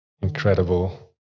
incredible